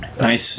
Nice